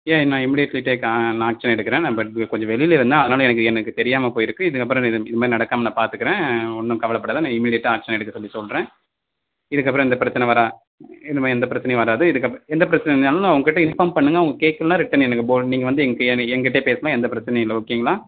ஏன் நான் immediately take நான் ஆக்ஷன் எடுக்கிறேன் நான் பட் கொஞ்சம் வெளியில் இருந்தேன் அதனால் எனக்கு எனக்குத் தெரியாமல் போயிருக்கு இதுக்கப்புறம் இது இதுமாரி நடக்காமல் நான் பார்த்துக்குறேன் ஒன்றும் கவலைப்படாத நான் இமீடியட்டாக ஆக்ஷன் எடுக்க சொல்லிச் சொல்கிறேன் இதுக்கப்பறம் எந்த பிரச்சின வரா இனிமேல் எந்தப் பிரச்சினையும் வராது இதுக்கப்ப எந்தப் பிரச்சினை இருந்தாலும் அவங்கக்கிட்ட இன்ஃபார்ம் பண்ணுங்க அவங்க கேட்கலன்னா ரிட்டன் எனக்கு போல் நீங்கள் வந்து எங்கள் எங்கிட்டையே பேசலாம் எந்தப் பிரச்சினயும் இல்லை ஓகேங்களா